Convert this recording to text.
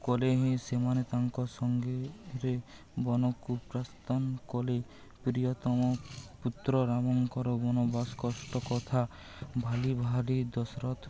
କଲେ ହଁ ସେମାନେ ତାଙ୍କ ସଙ୍ଗରେ ବନକୁ ପ୍ରସ୍ଥାନ କଲେ ପ୍ରିୟତମ ପୁତ୍ର ରାମଙ୍କର ବନବାସ କଷ୍ଟ କଥା ଭାଲି ଭାଲି ଦଶରଥ